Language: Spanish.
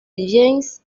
james